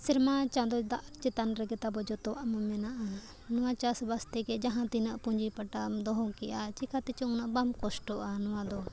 ᱥᱮᱨᱢᱟ ᱪᱟᱸᱫᱚ ᱫᱟᱜ ᱪᱮᱛᱟᱱ ᱨᱮᱜᱮ ᱛᱟᱵᱚ ᱡᱚᱛᱚᱣᱟᱜ ᱢᱚ ᱢᱮᱱᱟᱜᱼᱟ ᱱᱚᱣᱟ ᱪᱟᱥ ᱵᱟᱥ ᱛᱷᱮᱠᱮ ᱡᱟᱦᱟᱸ ᱛᱤᱱᱟᱹᱜ ᱯᱩᱸᱡᱤ ᱯᱟᱴᱟᱢ ᱫᱚᱦᱚ ᱠᱮᱜᱼᱟ ᱪᱮᱠᱟᱛᱮ ᱪᱮ ᱩᱱᱟᱹᱜ ᱵᱟᱢ ᱠᱚᱥᱴᱚᱜᱼᱟ ᱱᱚᱣᱟ ᱫᱚ